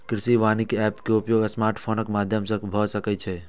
कृषि वानिकी एप के उपयोग स्मार्टफोनक माध्यम सं भए सकै छै